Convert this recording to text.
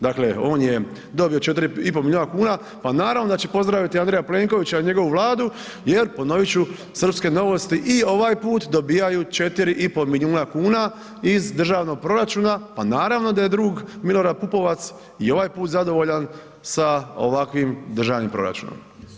Dakle, on je dobio 4,5 milijuna kuna, pa naravno da će pozdraviti Andreja Plenovića i njegovu Vladu jer ponovit ću, srpske novosti i ovaj put dobijaju 4,5 milijuna kuna iz državnog proračuna pa naravno da je drug Milorad Pupovac i ovaj put zadovoljan sa ovakvim državnim proračunom.